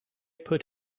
put